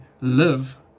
live